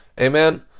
Amen